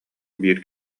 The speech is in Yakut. биир